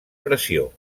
pressió